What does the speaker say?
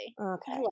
Okay